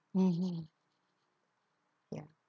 mmhmm ya